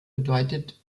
bedeutet